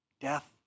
Death